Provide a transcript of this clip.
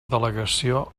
delegació